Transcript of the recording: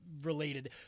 related